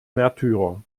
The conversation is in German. märtyrer